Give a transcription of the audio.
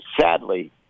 sadly